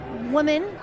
woman